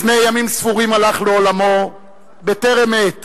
לפני ימים ספורים הלך לעולמו בטרם עת